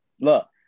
Look